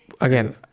again